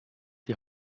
die